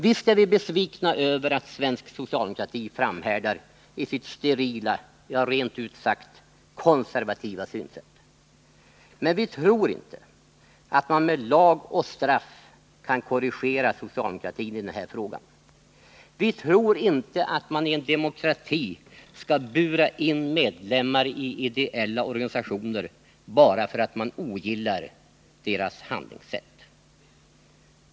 Visst är vi besvikna över att svensk socialdemokrati framhärdar i sitt sterila, ja, rent ut sagt konservativa synsätt, men vi tror inte att man med lag och straff kan korrigera socialdemokratin i den här frågan. Vi tror inte att man i en demokrati skall så att säga bura in medlemmar i ideella organisationer bara för att man ogillar deras handlingssätt.